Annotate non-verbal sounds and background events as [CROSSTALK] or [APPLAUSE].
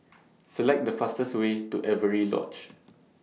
[NOISE] Select The fastest Way to Avery Lodge